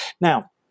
Now